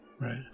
Right